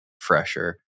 fresher